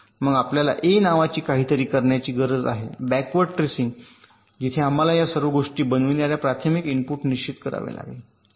मग आपल्याला a नावाची काहीतरी करण्याची गरज आहे बॅकवर्ड ट्रेसिंग जिथे आम्हाला या सर्व गोष्टी बनविणार्या प्राथमिक इनपुट निश्चित करावे लागतात शक्य